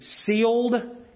sealed